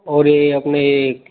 और ये अपने